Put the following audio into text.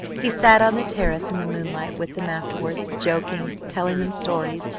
he sat on the terrace in the moonlight with them afterwards, joking, telling them stories,